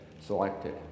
selected